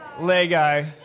Lego